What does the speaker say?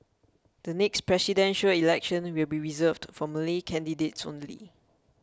the next Presidential Election will be reserved for Malay candidates only